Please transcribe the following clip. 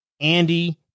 Andy